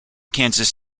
kansas